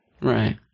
Right